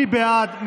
מי בעד?